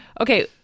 Okay